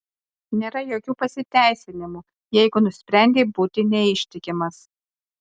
nėra jokių pasiteisinimų jeigu nusprendei būti neištikimas